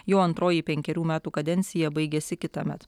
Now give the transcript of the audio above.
jo antroji penkerių metų kadencija baigiasi kitąmet